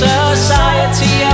Society